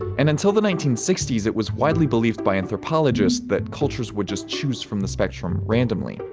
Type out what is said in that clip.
and until the nineteen sixty s it was widely believed by anthropologists that cultures would just chose from the spectrum randomly.